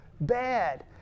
bad